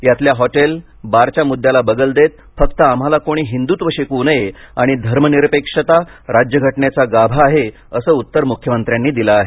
यातल्या हॉटेल बारच्या मुद्द्याला बगल देत फक्त आम्हाला कोणी हिंदुत्व शिकवू नये आणि धर्मनिरपेक्षता राज्यघटनेचा गाभा आहे असं उत्तर मुख्यमंत्र्यांनी दिलं आहे